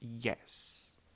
yes